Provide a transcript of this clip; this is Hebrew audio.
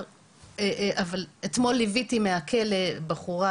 אתמול ליוויתי מהכולא בחורה